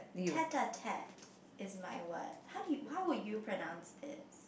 tete-a-tete is my word how do you how would you pronounce this